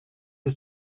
ces